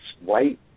white